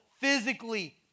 physically